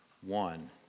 one